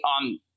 on